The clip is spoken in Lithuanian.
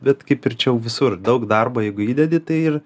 bet kaip ir čia jau visur daug darbo jeigu įdedi tai ir